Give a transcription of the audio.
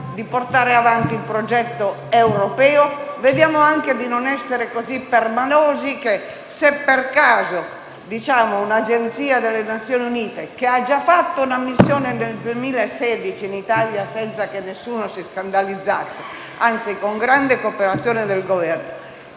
di portare avanti il progetto europeo e di non essere così permalosi. Se per caso un'agenzia delle Nazioni Unite, che ha già fatto una missione nel 2016 in Italia, senza che nessuno si scandalizzasse, ma anzi con grande cooperazione del Governo,